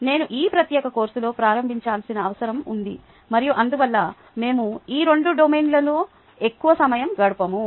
నేను ఈ ప్రత్యేక కోర్సులో ప్రతిబింబించాల్సిన అవసరం ఉంది మరియు అందువల్ల మేము ఈ 2 డొమైన్లలో ఎక్కువ సమయం గడపము